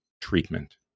treatment